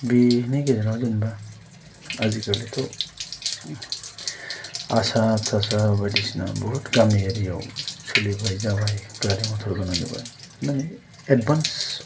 बेनि गेजेरावनो जेनेबा आजिखालिथ' आसा थासा बायदिसिना बहुत गामियारियाव सोलिबाय जाबाय गारि मटर गोनां जाबाय नों एडभान्स